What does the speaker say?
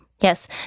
Yes